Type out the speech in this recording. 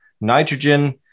nitrogen